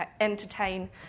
entertain